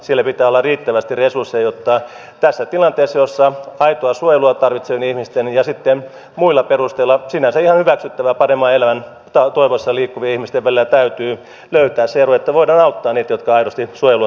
siellä pitää olla riittävästi resursseja jotta tässä tilanteessa jossa aitoa suojelua tarvitsevien ihmisten ja sitten muilla perusteilla sinänsä ihan hyväksyttävää paremman elämän toivossa liikkuvien ihmisten välillä täytyy löytää se ero jotta voidaan auttaa niitä jotka aidosti suojelua tarvitsevat